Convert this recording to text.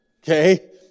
Okay